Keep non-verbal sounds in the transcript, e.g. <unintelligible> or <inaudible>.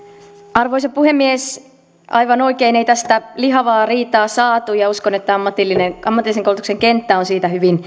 arvoisa puhemies aivan oikein ei tästä lihavaa riitaa saatu ja uskon että ammatillisen koulutuksen kenttä on siitä hyvin <unintelligible>